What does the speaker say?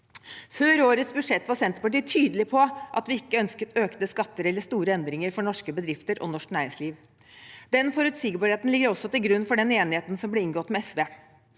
Før årets budsjett var vi i Senterpartiet tydelige på at vi ikke ønsket økte skatter eller store endringer for norske bedrifter og norsk næringsliv. Denne forutsigbarheten ligger også til grunn for enigheten som ble oppnådd med SV.